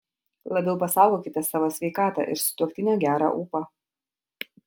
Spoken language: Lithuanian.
labiau pasaugokite savo sveikatą ir sutuoktinio gerą ūpą